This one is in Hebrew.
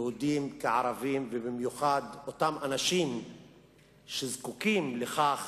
יהודים כערבים, ובעיקר לאותם אנשים שזקוקים לכך